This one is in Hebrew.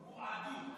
מועדות.